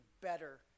better